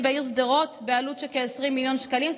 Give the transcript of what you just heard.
בעיר שדרות בעלות של כ-20 מיליון שקלים,